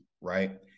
Right